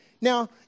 Now